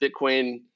Bitcoin